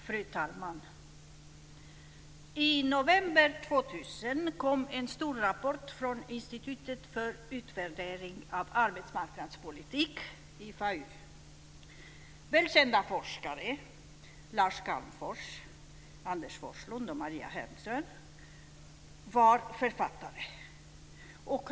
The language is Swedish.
Fru talman! I november 2000 kom en stor rapport från Institutet för utvärdering av arbetsmarknadspolitik, IFAU. Välkända forskare - Lars Calmfors, Anders Forslund och Maria Hemström - var författare.